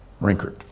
Rinkert